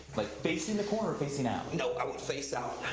like, facing the corner or facing out? no, i would face out,